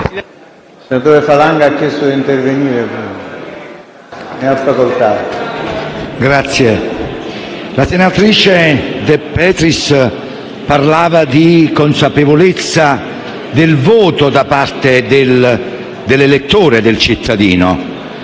la senatrice De Petris parlava di consapevolezza del voto da parte dell'elettore, del cittadino;